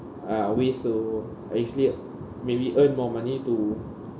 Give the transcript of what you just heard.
uh ways to actually maybe earn more money to